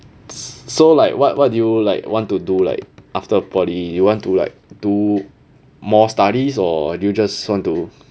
so like what what do you like want to do like after poly you want to like do more studies or do you just want to